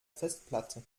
festplatte